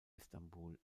istanbul